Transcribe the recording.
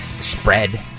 spread